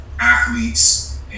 athletes